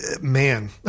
man